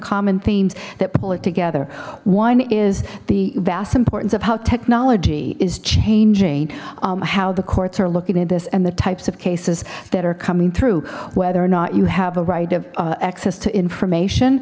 common themes that pull it together one is the vast importance of how technology is changing how the courts are looking at this and the types of cases that are coming through whether or not you have a right of access to information